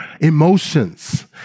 emotions